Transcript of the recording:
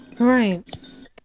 Right